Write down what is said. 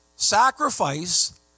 sacrifice